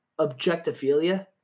objectophilia